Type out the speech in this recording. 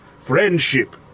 friendship